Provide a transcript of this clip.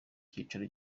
cyicaro